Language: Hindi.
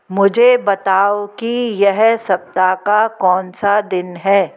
मुझे बताओ कि यह सप्ताह का कौन सा दिन है